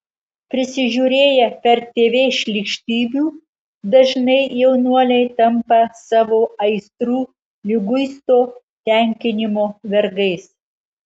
prisižiūrėję per tv šlykštybių dažnai jaunuoliai tampa savo aistrų liguisto tenkinimo vergais